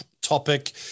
topic